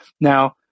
Now